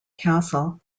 castle